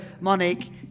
Monique